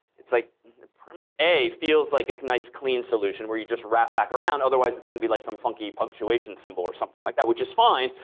it's like a feels like a nice, clean solution where you just wrap back around otherwise it's going to be like some funky punctuation symbol or something like that, which is fine,